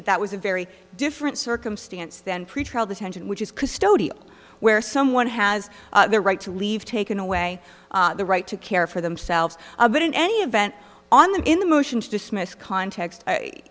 that that was a very different circumstance than pretrial detention which is custodial where someone has the right to leave taken away the right to care for themselves but in any event on the in the motion to dismiss context